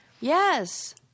Yes